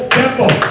temple